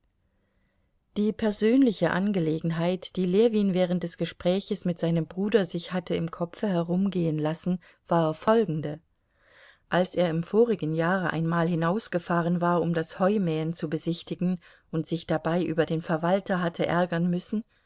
die persönliche angelegenheit die ljewin während des gespräches mit seinem bruder sich hatte im kopfe herumgehen lassen war folgende als er im vorigen jahre einmal hinausgefahren war um das heumähen zu besichtigen und sich dabei über den verwalter hatte ärgern müssen